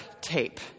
tape